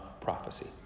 prophecy